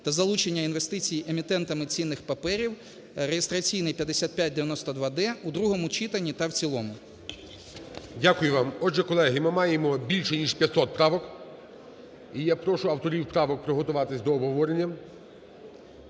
та залучення інвестицій емітентами цінних паперів) (реєстраційний 5592-д) у другому читанні та в цілому. ГОЛОВУЮЧИЙ. Дякую вам. Отже, колеги, ми маємо більш ніж 500 правок. І я прошу авторів правок приготуватися до обговорення.